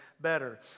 better